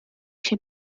się